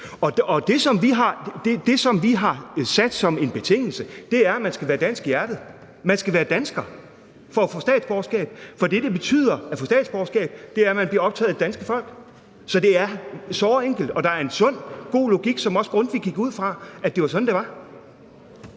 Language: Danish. Og det, som vi har sat som en betingelse, er, at man skal være dansk i hjertet. Man skal være dansker for at få statsborgerskab, for det, det betyder at få statsborgerskab, er, at man bliver optaget af det danske folk, så det er såre enkelt. Og der er en sund, god logik, som også Grundtvig gik ud fra, nemlig at det var sådan, det var.